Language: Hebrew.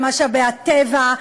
במשאבי הטבע,